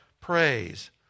praise